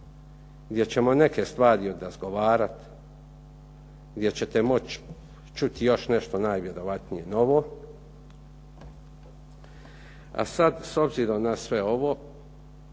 gdje ćemo neke stvari odrazgovarat, gdje ćete moći čuti još nešto najvjerojatnije novo. A sad s obzirom na sve ovo